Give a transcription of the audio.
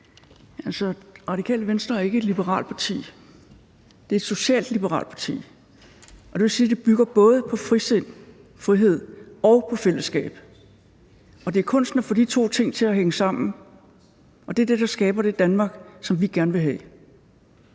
Radikale Venstre er ikke et liberalt parti, det er et socialliberalt parti. Det vil sige, at det både bygger på frisind, frihed og på fællesskab, og det er kunsten at få de to ting til at hænge sammen, og det er det, der skaber det Danmark, som vi gerne vil have.